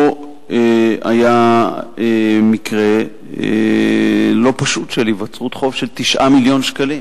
פה היה מקרה לא פשוט של היווצרות חוב של 9 מיליון שקלים.